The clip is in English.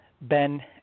Ben